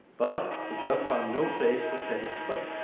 but the dove found no place to set its foot